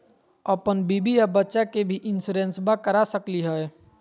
अपन बीबी आ बच्चा के भी इंसोरेंसबा करा सकली हय?